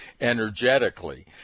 energetically